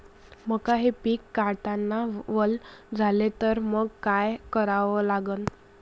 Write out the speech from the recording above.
मका हे पिक काढतांना वल झाले तर मंग काय करावं लागन?